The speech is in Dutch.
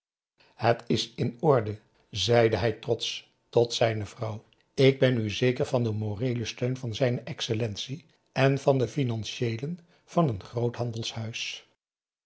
het is in orde zeide hij trotsch tot zijne vrouw ik ben nu zeker van den moreelen steun van zijne excellentie en van den financiëelen van een groot